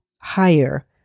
higher